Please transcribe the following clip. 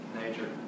Nature